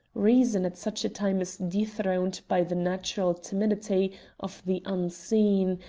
reason at such a time is dethroned by the natural timidity of the unseen,